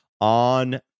on